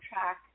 track